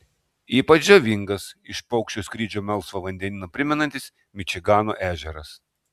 ypač žavingas iš paukščio skrydžio melsvą vandenyną primenantis mičigano ežeras